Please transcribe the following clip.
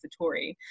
Satori